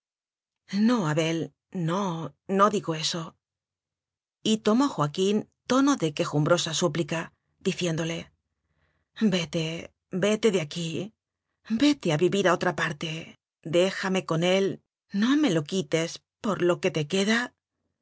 muerte no abel no no digo esoy tomó joa quín tono de quejumbrosa súplica diciéndole vete vete de aquí vete a vivir a otra parte déjame con él no me lo quites por lo que te queda